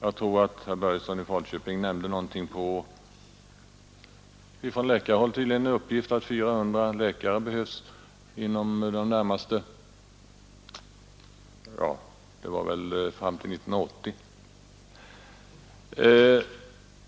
Herr Börjesson i Falköping nämnde en uppgift, tydligen från läkarhåll, att det behövs 400 läkare fram till 1980 — om jag nu uppfattade herr Börjesson riktigt.